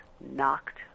knocked